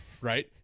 right